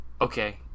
okay